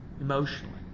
Emotionally